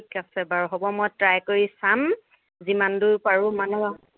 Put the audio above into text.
ঠিক আছে বাৰু হ'ব মই ট্ৰাই কৰি চাম যিমান দূৰ পাৰোঁ মানে